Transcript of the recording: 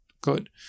good